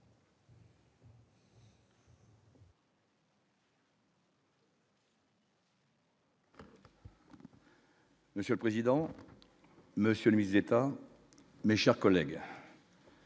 monsieur le président, Monsieur le Ministre, mes chers collègues,